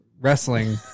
wrestling